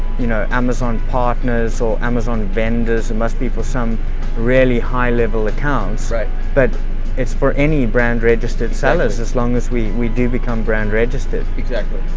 you know, amazon partners or amazon vendors must be for some really high-level accounts right. but it's for any brand registered sellers as long as we we do become brand registered. exactly.